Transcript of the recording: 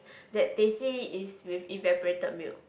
that teh C is with evaporated milk